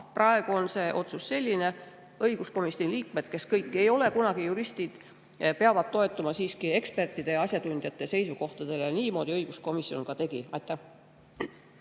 praegu on otsus selline. Õiguskomisjoni liikmed, kes kõik kunagi ei ole juristid, peavad toetuma siiski ekspertide ja asjatundjate seisukohtadele. Niimoodi õiguskomisjon ka tegi. Aitäh,